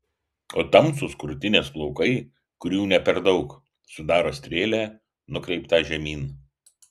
o tamsūs krūtinės plaukai kurių ne per daug sudaro strėlę nukreiptą žemyn